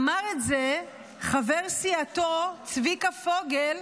אמר את זה חבר סיעתו צביקה פוגל,